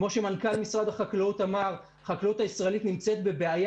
כמו שמנכ"ל משרד החקלאות אמר: החקלאות הישראלית נמצאת בבעיה